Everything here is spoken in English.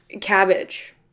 cabbage